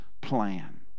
plan